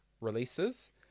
releases